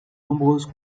nombreuses